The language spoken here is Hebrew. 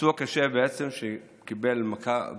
פצוע קשה שקיבל מכה בתאונה,